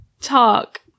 talk